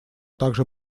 также